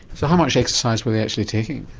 so how much exercise were they actually taking?